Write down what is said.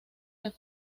del